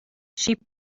sheep